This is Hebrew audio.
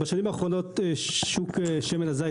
בשנים האחרונות שוק שמן הזית,